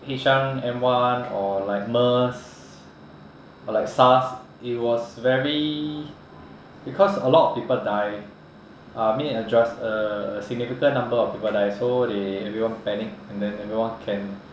H one N one or like MERS or like SARS it was very because a lot of people die uh I mean a dras~ a significant number of people die so they everyone panic and then everyone can